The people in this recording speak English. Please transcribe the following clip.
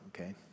okay